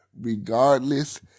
regardless